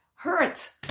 Hurt